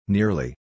Nearly